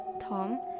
Tom